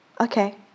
okay